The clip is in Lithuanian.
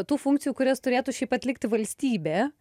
tų funkcijų kurias turėtų šiaip atlikti valstybė